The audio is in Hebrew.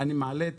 אני רק מעלה את